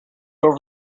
over